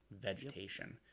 vegetation